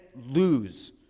lose